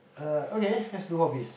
uh okay let's do hobbies